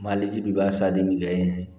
मान लीजिए विवाह शादी में गए हैं